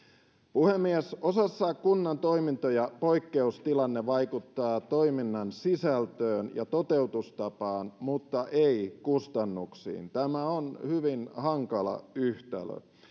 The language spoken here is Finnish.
puhemies osassa kunnan toimintoja poikkeustilanne vaikuttaa toiminnan sisältöön ja toteutustapaan mutta ei kustannuksiin tämä on hyvin hankala yhtälö